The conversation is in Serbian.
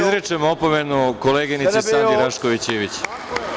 Izričem opomenu koleginici Sandi Rašković Ivić.